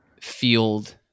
field